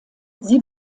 sie